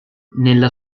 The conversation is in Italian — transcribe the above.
nella